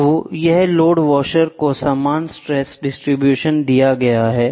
तो यह load washer को समान स्ट्रेस डिस्ट्रीब्यूशन दिया गया है